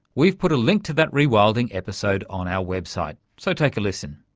we've put a link to that rewilding episode on our website, so take a listen.